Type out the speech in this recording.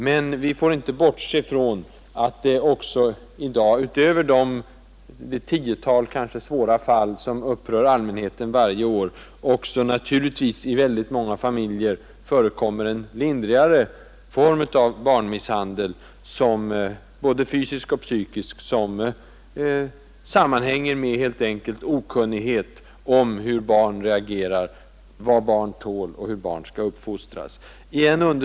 Men vi får inte bortse från att det också i dag — utöver de kanske tiotalet svåra fall som upprör allmänheten varje år — i många familjer förekommer en lindrigare form av både fysisk och psykisk barnmisshandel som helt enkelt sammanhänger med okunnighet om hur barn reagerar, vad barn tål och hur barn skall uppfostras.